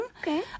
Okay